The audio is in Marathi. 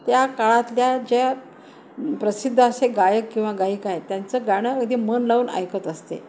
त्या काळातल्या ज्या प्रसिद्ध असे गायक किंवा गयिका आहे त्यांचं गाणं अगदी मन लावून ऐकत असते